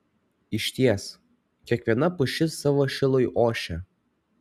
išties kiekviena pušis savo šilui ošia